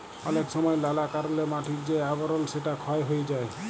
অলেক সময় লালা কারলে মাটির যে আবরল সেটা ক্ষয় হ্যয়ে যায়